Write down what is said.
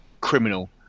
criminal